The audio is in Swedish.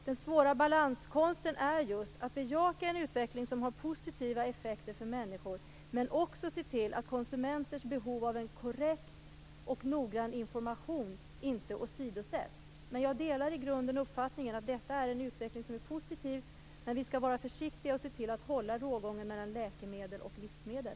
Den svåra balanskonsten är att bejaka en utveckling som har positiva effekter för människor men också se till att konsumenters behov av en korrekt och noggrann information inte åsidosätts. Jag delar i grunden uppfattningen att detta är en utveckling som är positiv. Men vi skall vara försiktiga och se till att hålla rågången mellan läkemedel och livsmedel.